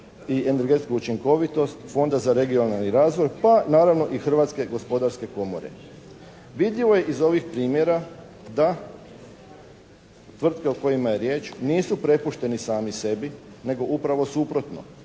i energetsku učinkovitost Fonda za regionalni razvoj pa naravno i Hrvatske gospodarske komore. Vidljivo je iz ovih primjera da tvrtke o kojima je riječ nisu prepušteni sami sebi nego upravo suprotno.